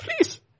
Please